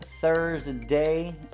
Thursday